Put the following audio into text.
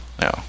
No